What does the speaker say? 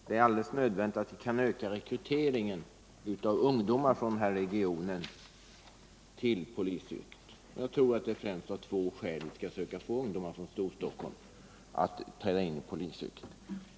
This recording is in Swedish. Det är alldeles nödvändigt att öka rekryteringen av ungdomar från Stockholmsregionen till polisyrket. Jag tror att det är främst av två skäl som vi skall försöka få ungdomar från Storstockholm att träda in i polisyrket.